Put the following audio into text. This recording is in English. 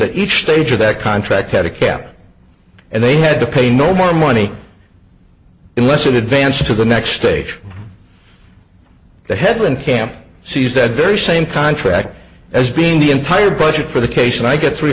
that each stage of that contract had a cap and they had to pay no more money unless an advance to the next stage of the headland camp sees that very same contract as being the entire budget for the case and i get three